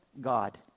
God